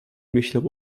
myślał